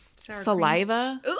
Saliva